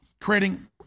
creating